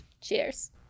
cheers